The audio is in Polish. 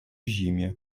zimie